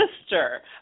Sister